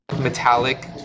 metallic